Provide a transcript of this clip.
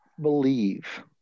believe